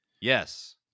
Yes